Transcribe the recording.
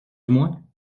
moins